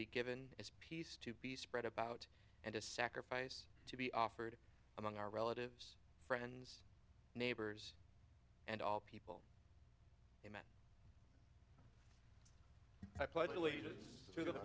be given is peace to be spread about and a sacrifice to be offered among our relatives friends neighbors and all people i pledge allegiance to the